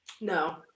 No